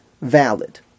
valid